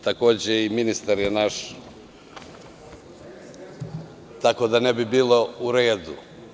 Takođe i ministar je naš, tako da ne bi bilo u redu.